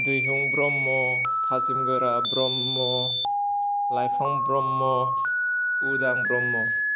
दैहुं ब्रह्म थाजिम गोरा ब्रह्म लाइफां ब्रह्म उदां ब्रह्म